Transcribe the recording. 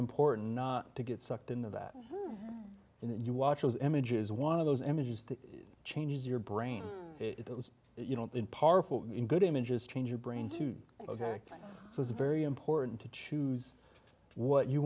important not to get sucked into that and then you watch those images one of those images that changes your brain it was you know in part in good images change your brain to ok so it's very important to choose what you